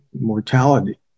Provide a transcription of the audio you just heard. mortality